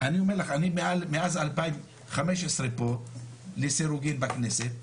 אני אומר לך, אני מאז 2015 פה, לסירוגין בכנסת.